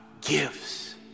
gives